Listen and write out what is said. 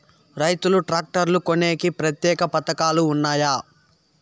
రైతులు ట్రాక్టర్లు కొనేకి ప్రత్యేక పథకాలు ఉన్నాయా?